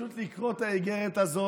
פשוט לקרוא את האיגרת הזאת